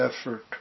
effort